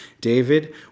David